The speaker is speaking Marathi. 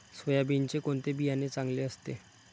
सोयाबीनचे कोणते बियाणे चांगले असते?